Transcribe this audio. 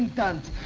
guns